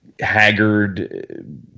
haggard